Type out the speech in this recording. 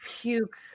puke